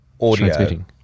audio